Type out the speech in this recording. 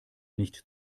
nicht